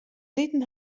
riden